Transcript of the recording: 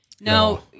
No